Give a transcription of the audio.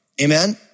Amen